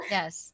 Yes